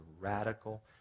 radical